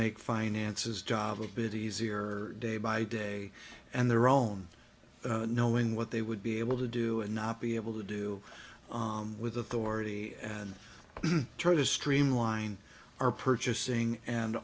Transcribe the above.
make finances job a bit easier day by day and their own knowing what they would be able to do and not be able to do with authority and try to streamline our purchasing and